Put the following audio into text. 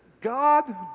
God